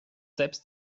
selbst